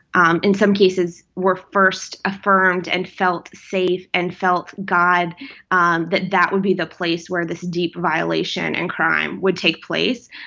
um in some cases, were first affirmed and felt safe and felt god um that that would be the place where this deep violation and crime would take place.